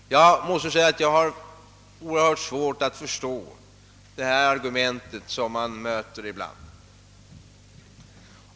Jag har oerhört svårt att förstå detta argument som man ibland möter.